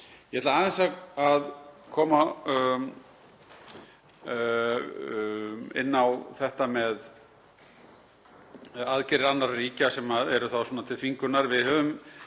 Ég ætla aðeins að koma inn á þetta með aðgerðir annarra ríkja sem eru þá til þvingunar.